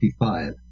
1955